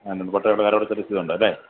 അ ഉണ്ട് പട്ടയം അടച്ച കരം അടച്ച രസീതും ഉണ്ടല്ലേ